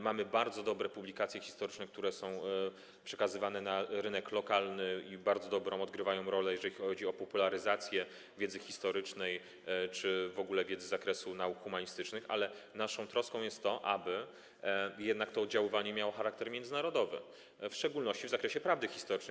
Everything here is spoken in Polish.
Mamy bardzo dobre publikacje historyczne, które są przekazywane na rynek lokalny i odgrywają bardzo ważną rolę, jeżeli chodzi o popularyzację wiedzy historycznej czy w ogóle wiedzy z zakresu nauk humanistycznych, ale naszą troską jest to, aby jednak to oddziaływanie miało charakter międzynarodowy, w szczególności w zakresie prawdy historycznej.